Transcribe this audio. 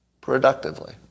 Productively